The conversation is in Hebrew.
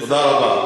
תודה רבה.